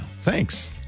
Thanks